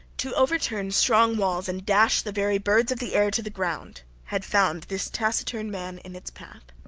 to overturn strong walls and dash the very birds of the air to the ground, had found this taciturn man in its path,